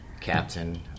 captain